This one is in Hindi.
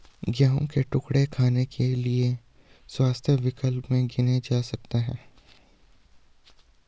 गेहूं के टुकड़े खाने के लिए स्वस्थ विकल्प में गिने जा सकते हैं